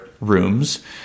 rooms